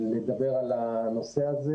לדבר על הנושא הזה.